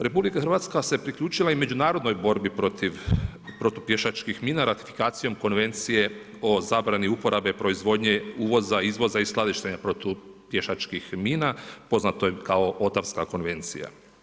RH se priključila i međunarodnoj borbi protiv protupješačkih mina ratifikacijom Konvencije o zabrani uporabe proizvodnje uvoza i izvoza i skladištenja protupješačkih mina, poznato je kao Otavska konvencija.